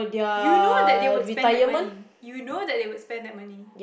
you know that they would spend that money you know that they would spend that money